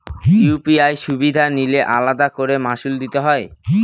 UPI সুবিধা নিলে আলাদা করে মাসুল দিতে হয়?